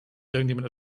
irgendjemand